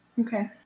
Okay